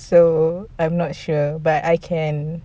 so I'm not sure but I can